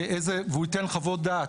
והוא ייתן חוות דעת.